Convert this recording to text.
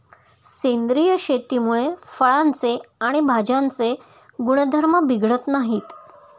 सेंद्रिय शेतीमुळे फळांचे आणि भाज्यांचे गुणधर्म बिघडत नाहीत